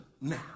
now